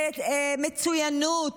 במצוינות,